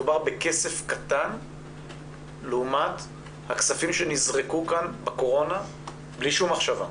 מדובר בכסף קטן לעומת הכספים שנזרקו כאן בקורונה בלי שום מחשבה.